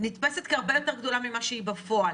נתפסת כהרבה יותר גדולה ממה שהיא בפועל.